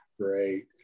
great